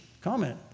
comment